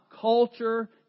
culture